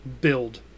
build